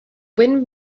wind